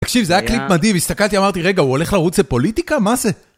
תקשיב זה היה קליפ מדהים הסתכלתי אמרתי רגע הוא הולך לרוץ פוליטיקה? מה זה?